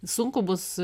sunku bus